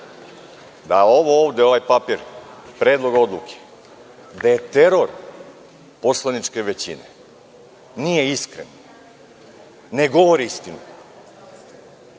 je ovo ovde, ovaj papir, predlog odluke teror poslaničke većine, nije iskren, ne govori istinu.